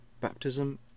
baptism